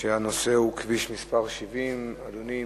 והנושא הוא: כביש מס' 70. אדוני,